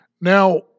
Now